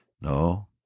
No